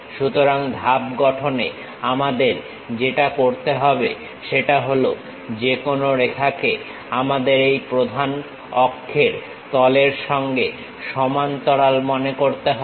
সুতরাং ধাপ গঠনে আমাদের যেটা করতে হবে সেটা হল যেকোনো রেখাকে আমাদের এই প্রধান অক্ষের তলের সঙ্গে সমান্তরাল মনে করতে হবে